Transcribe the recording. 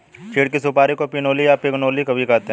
चीड़ की सुपारी को पिनोली या पिगनोली भी कहते हैं